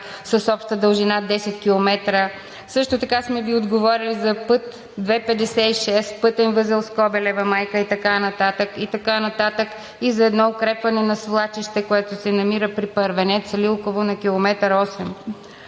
с обща дължина 10 км. Също така сме Ви отговорили за път II-56 – пътен възел Скобелева майка, и така нататък, и така нататък. И за едно укрепване на свлачище, което се намира при Първенец – Лилково на км 8.